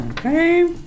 Okay